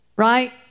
Right